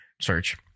search